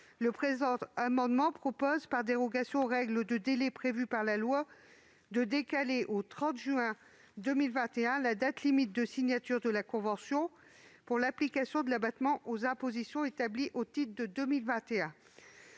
suivante. Nous proposons, par dérogation aux règles de délai prévues par la loi, de décaler au 30 juin 2021 la date limite de signature de la convention pour l'application de l'abattement aux impositions établies au titre de